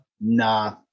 Nah